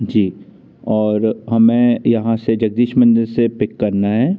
जी और हमें यहाँ से जगदीश मंदिर से पिक करना है